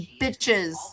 bitches